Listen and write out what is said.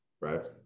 right